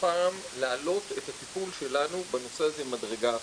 הפעם להעלות את הטיפול שלנו בנושא הזה מדרגה אחת.